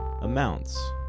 amounts